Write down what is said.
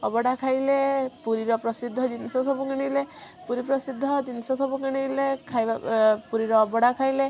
ଅବଢ଼ା ଖାଇଲେ ପୁରୀର ପ୍ରସିଦ୍ଧ ଜିନିଷ ସବୁ କିଣିଲେ ପୁରୀ ପ୍ରସିଦ୍ଧ ଜିନିଷ ସବୁ କିଣିଲେ ଖାଇବା ପୁରୀର ଅବଢ଼ା ଖାଇଲେ